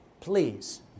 Please